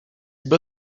byl